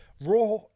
Raw